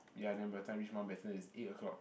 ya then by the time reach Mountbatten it's eight O-clock